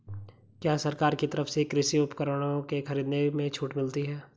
क्या सरकार की तरफ से कृषि उपकरणों के खरीदने में छूट मिलती है?